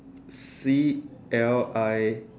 C L I